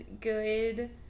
good